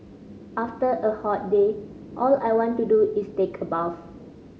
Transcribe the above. after a hot day all I want to do is take a bath